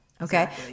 Okay